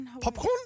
popcorn